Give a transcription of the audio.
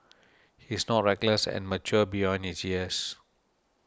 he is not reckless and mature beyond his years